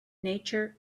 nature